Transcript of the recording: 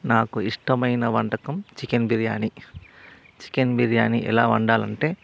నాకు ఇష్టమైన వంటకం చికెన్ బిర్యానీ చికెన్ బిర్యానీ ఎలా వండాలి అంటే